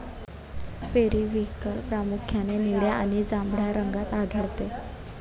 periwinkle प्रामुख्याने निळ्या आणि जांभळ्या रंगात आढळते